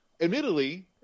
admittedly